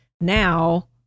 now